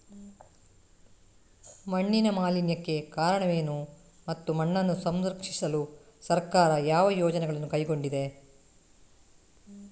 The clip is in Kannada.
ಮಣ್ಣಿನ ಮಾಲಿನ್ಯಕ್ಕೆ ಕಾರಣವೇನು ಮತ್ತು ಮಣ್ಣನ್ನು ಸಂರಕ್ಷಿಸಲು ಸರ್ಕಾರ ಯಾವ ಯೋಜನೆಗಳನ್ನು ಕೈಗೊಂಡಿದೆ?